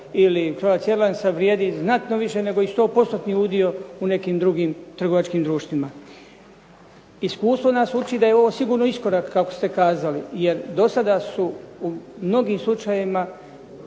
Croatia airlinesa vrijedi znatno više nego 100% udio u nekim trgovačkim društvima. Iskustvo nas uči da je ovo sigurno iskorak kako ste kazali jer do sada su u mnogim slučajevima